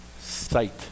sight